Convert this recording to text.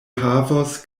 havos